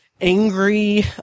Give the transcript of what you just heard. angry